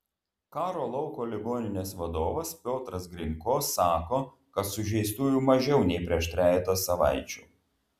karo lauko ligoninės vadovas piotras grinko sako kad sužeistųjų mažiau nei prieš trejetą savaičių